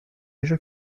déjà